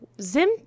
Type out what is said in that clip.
Zim